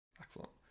Excellent